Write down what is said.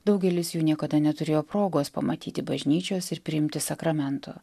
daugelis jų niekada neturėjo progos pamatyti bažnyčios ir priimti sakramento